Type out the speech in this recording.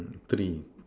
three